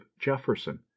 Jefferson